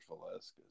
Velasquez